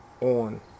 on